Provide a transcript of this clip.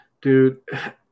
dude